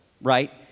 right